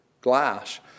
glass